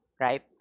right